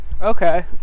Okay